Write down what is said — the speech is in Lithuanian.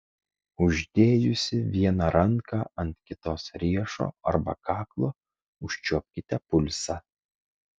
uždėjusi vieną ranką ant kitos riešo arba kaklo užčiuopkite pulsą